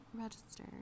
Register